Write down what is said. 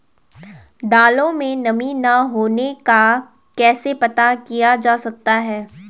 दालों में नमी न होने का कैसे पता किया जा सकता है?